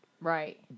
Right